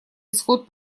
исход